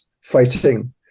fighting